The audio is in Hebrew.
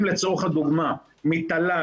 אם לצורך הדוגמה מטל,